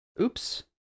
oops